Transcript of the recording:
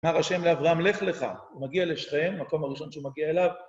אמר השם לאברהם, לך לך, הוא מגיע לשכם, מקום הראשון שהוא מגיע אליו.